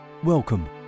Welcome